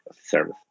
service